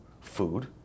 food